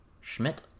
Schmidt